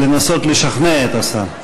לנסות לשכנע את השר.